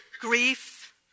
grief